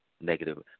negative